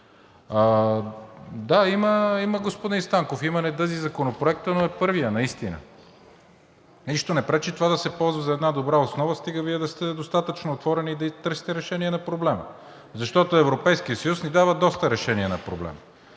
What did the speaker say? Да, има, господин Станков, има недъзи Законопроектът, но е първият наистина. Нищо не пречи това да се ползва за една добра основа, стига Вие да сте достатъчно отворени и да търсите решение на проблема, защото Европейският съюз ни дава доста решения на проблема.